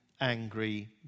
angry